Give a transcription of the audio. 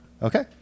okay